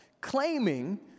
Claiming